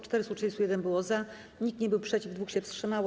431 było za, nikt nie był przeciw, 2 się wstrzymało.